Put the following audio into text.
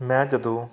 ਮੈਂ ਜਦੋਂ